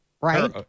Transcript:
right